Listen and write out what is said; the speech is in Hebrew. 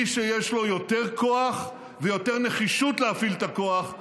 מי שיש לו יותר כוח ויותר נחישות להפעיל את הכוח,